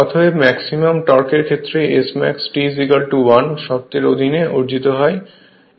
অতএব maximum torque এর ক্ষেত্রে Smax T 1 শর্তের অধীনে অর্জিত হয়